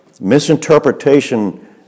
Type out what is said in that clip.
misinterpretation